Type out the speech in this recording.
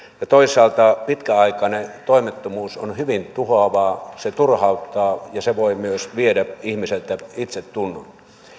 ja toisaalta pitkäaikainen toimettomuus on hyvin tuhoavaa se turhauttaa ja se voi myös viedä ihmiseltä itsetunnon